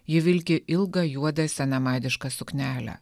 ji vilki ilgą juodą senamadišką suknelę